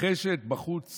מתרחשת בחוץ